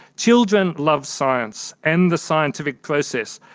children love science and the scientific process.